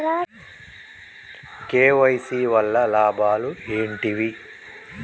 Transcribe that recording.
KYC వల్ల లాభాలు ఏంటివి?